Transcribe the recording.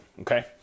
Okay